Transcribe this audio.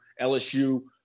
lsu